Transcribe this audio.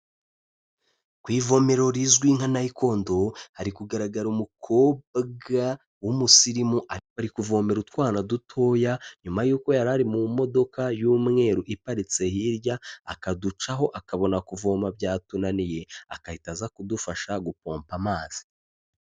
Ku ivomero rizwi nka nayikondo hari kugaragara umukobwa w'umusirimu ari kuvomera utwana dutoya, nyuma yuko yari ari mu modoka y'umweru iparitse hirya akaducaho akabona kuvoma byatunaniye agahita aza kudufasha gupompa amazi.